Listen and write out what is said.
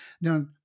now